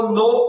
no